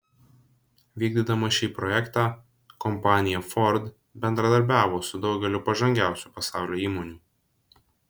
vykdydama šį projektą kompanija ford bendradarbiavo su daugeliu pažangiausių pasaulio įmonių